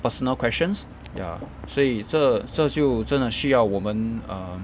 personal questions ya 所以这这就真的需要我们 um